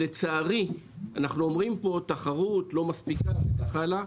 לצערי, אנחנו אומרים פה תחרות לא מספיק חלה.